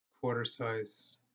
quarter-size